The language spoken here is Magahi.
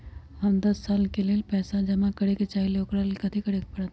हम दस साल के लेल पैसा जमा करे के चाहईले, ओकरा ला कथि करे के परत?